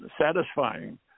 satisfying